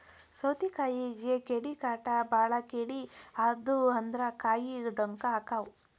ಸೌತಿಕಾಯಿಗೆ ಕೇಡಿಕಾಟ ಬಾಳ ಕೇಡಿ ಆದು ಅಂದ್ರ ಕಾಯಿ ಡೊಂಕ ಅಕಾವ್